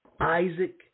Isaac